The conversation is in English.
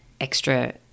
extra